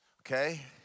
Okay